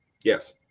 Yes